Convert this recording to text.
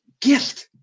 gift